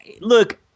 Look